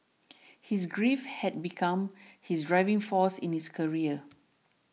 his grief had become his driving force in his career